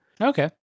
Okay